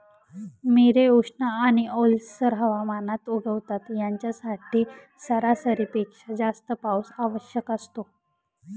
मिरे उष्ण आणि ओलसर हवामानात उगवतात, यांच्यासाठी सरासरीपेक्षा जास्त पाऊस आवश्यक असतो